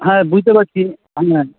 হ্যাঁ বুঝতে পারছি